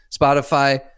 Spotify